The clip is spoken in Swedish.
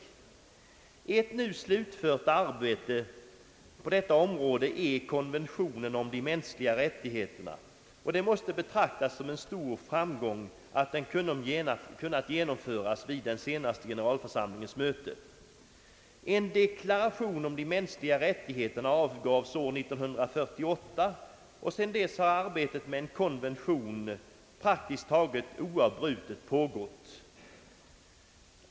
Ett nu slutfört arbete på detta område är konventionen om de mänskliga rättigheterna, och det måste betraktas som en stor framgång att den kunnat genomföras vid den senaste generalförsamlingens möte. En deklaration om de mänskliga rättigheterna avgavs år 1948, och sedan dess har arbetet med en konvention praktiskt taget oavbrutet pågått.